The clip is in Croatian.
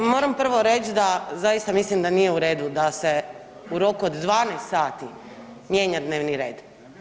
Evo moram prvo reći da zaista mislim da nije u redu da se u roku od 12 sati mijenja dnevni red.